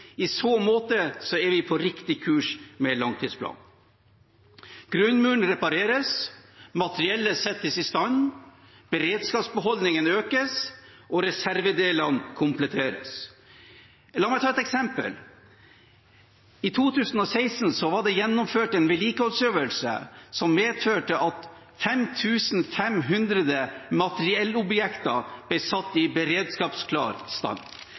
I så måte er vi på riktig kurs med langtidsplanen. Grunnmuren repareres, materiellet settes i stand, beredskapsbeholdningen økes, og reservedelene kompletteres. La meg ta et eksempel. I 2017 ble det gjennomført en vedlikeholdsøvelse som medførte at 5 500 materiellobjekter ble satt i beredskapsklar stand.